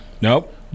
Nope